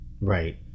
Right